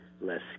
less